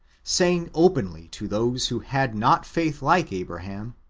saying openly to those who had not faith like abraham,